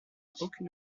aucune